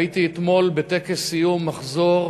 הייתי אתמול בטקס סיום מחזור